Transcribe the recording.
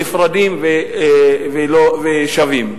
נפרדים ושווים.